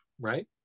right